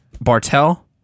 Bartel